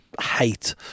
hate